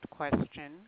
question